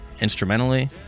instrumentally